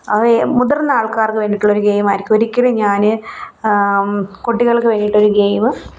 അത് മുതിർന്ന ആൾക്കാർക്ക് വേണ്ടിയിട്ടുള്ളൊരു ഗെയിമായിരിക്കും ഒരിക്കലും ഞാൻ കുട്ടികൾക്കു വേണ്ടിയിട്ടൊരു ഗെയിം